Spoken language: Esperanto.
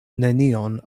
nenion